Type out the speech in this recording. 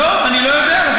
לא, אני לא יודע.